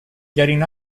getting